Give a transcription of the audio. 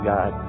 God